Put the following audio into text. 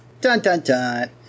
Dun-dun-dun